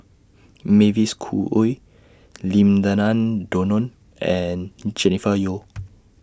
Mavis Khoo Oei Lim Denan Denon and Jennifer Yeo